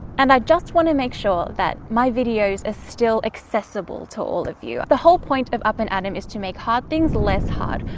and i just want to make sure that my videos are still accessible to all of you. the whole point of up and atom is to make hard things less hard.